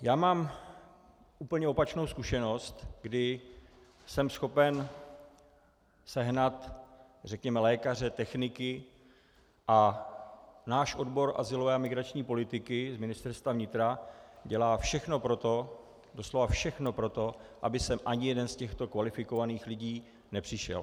Já mám úplně opačnou zkušenost, kdy jsem schopen sehnat lékaře, techniky, a náš odbor azylové a migrační politiky Ministerstva vnitra dělá všechno pro to, doslova všechno pro to, aby sem ani jeden z těchto kvalifikovaných lidí nepřišel.